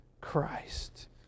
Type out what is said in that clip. Christ